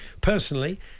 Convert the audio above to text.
Personally